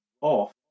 off